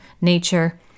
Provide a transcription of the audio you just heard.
nature